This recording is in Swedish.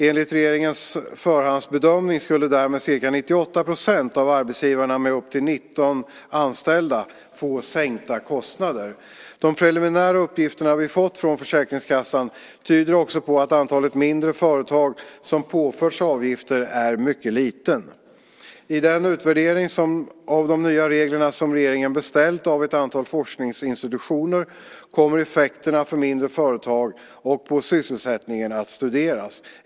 Enligt regeringens förhandsbedömning skulle därmed cirka 98 % av arbetsgivarna med upp till 19 anställda få sänkta kostnader. De preliminära uppgifter som vi fått från Försäkringskassan tyder också på att antalet mindre företag som påförts avgifter är mycket litet. I den utvärdering av de nya reglerna som regeringen beställt av ett antal forskningsinstitutioner kommer effekterna för mindre företag och på sysselsättningen att studeras.